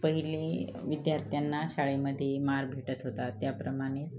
पहिले विद्यार्थ्यांना शाळेमध्ये मार भेटत होतात त्याप्रमाणेच